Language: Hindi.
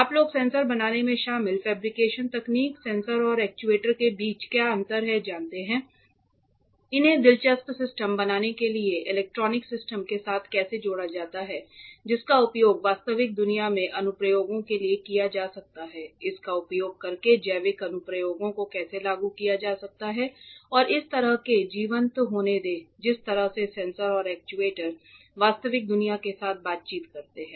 आप लोग सेंसर बनाने में शामिल फेब्रिकेशन तकनीक सेंसर और एक्ट्यूएटर के बीच क्या अंतर है जानते हैं इन्हें दिलचस्प सिस्टम बनाने के लिए इलेक्ट्रॉनिक सिस्टम के साथ कैसे जोड़ा जाता है जिसका उपयोग वास्तविक दुनिया के अनुप्रयोगों के लिए किया जा सकता है इसका उपयोग करके जैविक अनुप्रयोगों को कैसे लागू किया जा सकता है और इस तरह के जीवंत होने दें जिस तरह से सेंसर और एक्चुएटर वास्तविक दुनिया के साथ बातचीत करते हैं